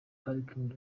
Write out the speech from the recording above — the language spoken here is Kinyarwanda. parikingi